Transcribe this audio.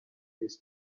his